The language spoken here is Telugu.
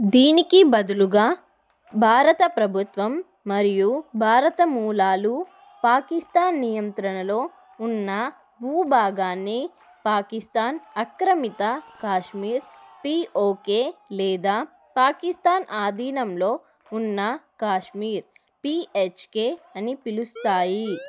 దీనికి బదులుగా భారత ప్రభుత్వం మరియు భారత మూలాలు పాకిస్తాన్ నియంత్రణలో ఉన్న భూభాగాన్ని పాకిస్తాన్ ఆక్రమిత కాశ్మీర్ పీఓకే లేదా పాకిస్తాన్ ఆధీనంలో ఉన్న కాశ్మీర్ పీహెచ్కే అని పిలుస్తాయి